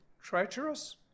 treacherous